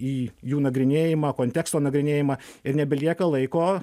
į jų nagrinėjimą konteksto nagrinėjimą ir nebelieka laiko